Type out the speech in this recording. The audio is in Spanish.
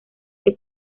que